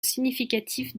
significatif